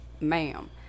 ma'am